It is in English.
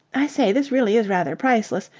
i say, this really is rather priceless.